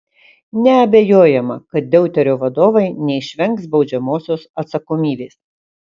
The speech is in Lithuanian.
neabejojama kad deuterio vadovai neišvengs baudžiamosios atsakomybės